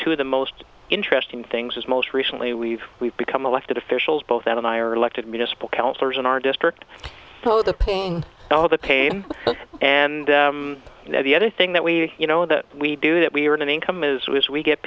of the most interesting things is most recently we've we've become elected officials both then and i are elected municipal councillors in our district so the pain all the pain and you know the other thing that we you know that we do that we earn an income is we get